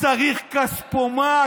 צריך כספומט.